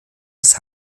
des